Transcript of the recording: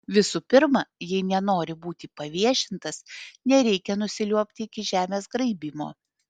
visų pirma jei nenori būti paviešintas nereikia nusiliuobti iki žemės graibymo